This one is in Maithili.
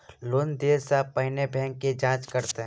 लोन देय सा पहिने बैंक की जाँच करत?